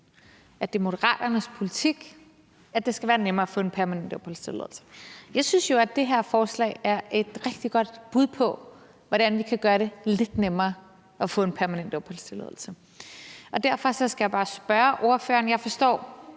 at det er Moderaternes politik, at det skal være nemmere at få en permanent opholdstilladelse. Jeg synes jo, at det her forslag er et rigtig godt på, hvordan vi kan gøre det lidt nemmere at få en permanent opholdstilladelse. Derfor skal jeg bare spørge ordføreren om noget. Jeg forstår,